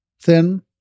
Thin